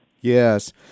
Yes